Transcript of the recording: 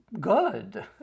good